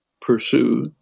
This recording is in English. pursue